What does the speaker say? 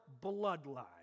bloodline